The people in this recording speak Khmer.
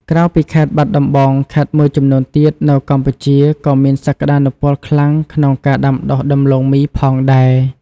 ក្រៅពីខេត្តបាត់ដំបង ខេត្តមួយចំនួនទៀតនៅកម្ពុជាក៏មានសក្ដានុពលខ្លាំងក្នុងការដាំដុះដំឡូងមីផងដែរ។